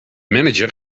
manager